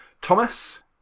Thomas